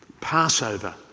Passover